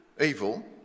evil